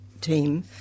team